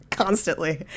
Constantly